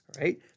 right